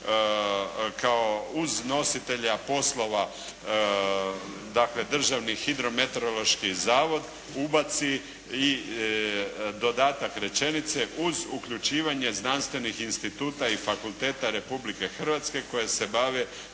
kao uz nositelja poslova, dakle Državni hidrometeorološki zavod ubaci i dodatak rečenice „uz uključivanje znanstvenih instituta i fakulteta Republike Hrvatske koja se bave